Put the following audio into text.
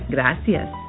Gracias